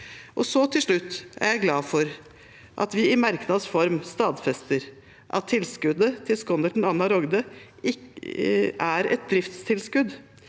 jeg – til slutt – glad for at vi i merknads form stadfester at tilskuddet til skonnerten Anna Rogde er et driftstilskudd